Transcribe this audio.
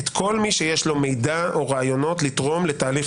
את כל מי שיש לו מידע או רעיונות לתרום לתהליך